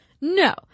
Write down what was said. No